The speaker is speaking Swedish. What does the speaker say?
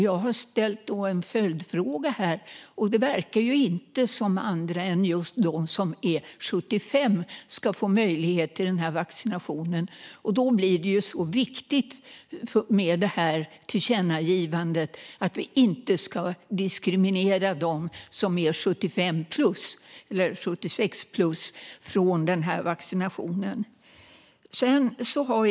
Jag har ställt en följdfråga, och det verkar inte som att andra än just de som är 75 ska få möjlighet till den här vaccinationen. Då blir det viktigt med detta tillkännagivande. Vi ska inte diskriminera dem som är 75-plus - eller 76-plus - från den här vaccinationen.